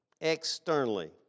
externally